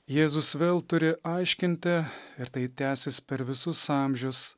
jėzus vėl turi aiškinti ir tai tęsis per visus amžius